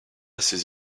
ces